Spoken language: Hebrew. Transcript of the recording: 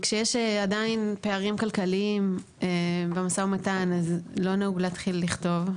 וכשיש עדיין פערים כלכליים במשא ומתן אז לא נהוג להתחיל לכתוב,